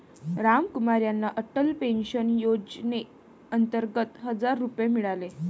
रामकुमार यांना अटल पेन्शन योजनेअंतर्गत हजार रुपये मिळाले